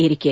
ಏರಿಕೆ